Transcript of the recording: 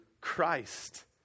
Christ